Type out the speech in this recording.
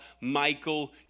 Michael